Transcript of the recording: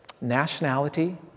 nationality